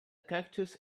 cactus